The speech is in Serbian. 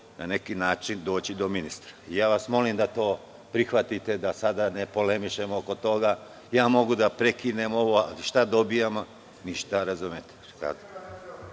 na neki način doći do ministra. Molim vas da to prihvatite, da sada ne polemišemo oko toga. Mogu da prekinem ovo, ali šta dobijamo? Ništa. Izvolite.